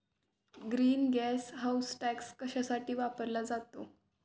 Green gas house tax कशासाठी वापरला जातो?